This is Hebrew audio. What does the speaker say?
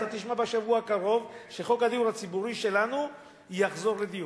אתה תשמע בשבוע הקרוב שחוק הדיור הציבורי שלנו יחזור לדיון.